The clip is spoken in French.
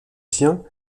siens